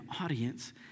audience